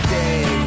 day